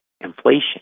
inflation